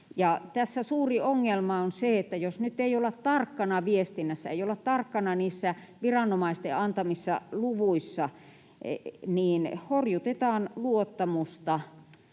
Tässä suuri ongelma on se, että jos nyt ei olla tarkkana viestinnässä, ei olla tarkkana niissä viranomaisten antamissa luvuissa, niin horjutetaan luottamusta